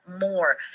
more